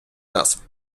нас